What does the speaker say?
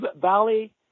valley